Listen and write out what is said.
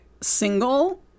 single